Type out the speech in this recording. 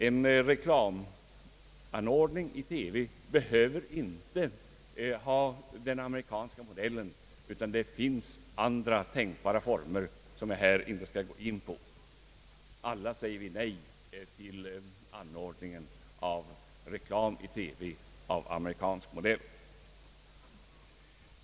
En reklamfinansierad TV behöver ju inte ha den amerikanska modellen, utan det finns ju andra tänkbara former — som jag här inte skall gå in på. Alla säger vi nej till reklamfinansierad TV av amerikansk modell.